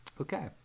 Okay